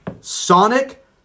Sonic